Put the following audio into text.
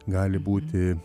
gali būti